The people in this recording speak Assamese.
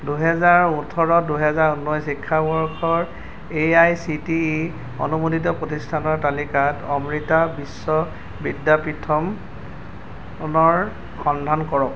দুহেজাৰ ওঠৰ দুহেজাৰ ঊনৈছ শিক্ষাবৰ্ষৰ A I C T E অনুমোদিত প্ৰতিষ্ঠানৰ তালিকাত অমৃতা বিশ্ব বিদ্যাপীথমৰ সন্ধান কৰক